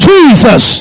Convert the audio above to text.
Jesus